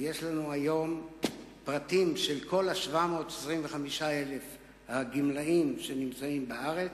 יש לנו היום פרטים של כל 725,000 הגמלאים שנמצאים בארץ,